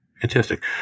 fantastic